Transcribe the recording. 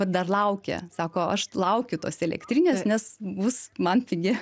dar laukia sako aš laukiu tos elektrinės nes bus man pigi